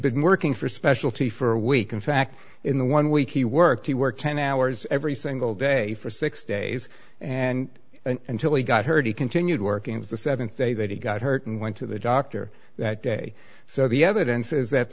been working for specialty for a week in fact in the one week he worked he worked ten hours every single day for six days and until he got hurt he continued working with the th day that he got hurt and went to the doctor that day so the evidence is that